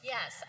Yes